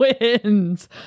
wins